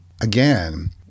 again